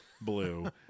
blue